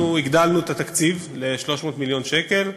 אנחנו הגדלנו את התקציב ל-300 מיליון שקל.